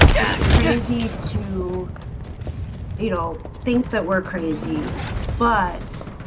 it's crazy to you know think that we're crazy but